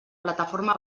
plataforma